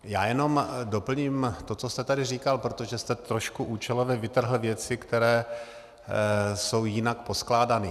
Já jenom doplním to, co jste tady říkal, protože jste trošku účelově vytrhl věci, které jsou jinak poskládané.